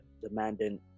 demanding